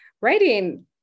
writing